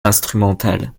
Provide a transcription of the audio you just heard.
instrumentales